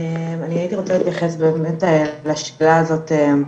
אני הייתי רוצה להתייחס באמת לשאלה הזאת,